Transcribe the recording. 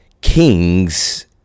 kings